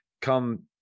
come